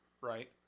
right